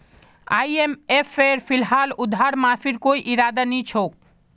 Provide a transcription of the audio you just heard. आईएमएफेर फिलहाल उधार माफीर कोई इरादा नी छोक